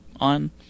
on